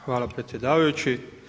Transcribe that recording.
Hvala predsjedavajući.